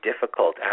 difficult